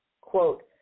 quote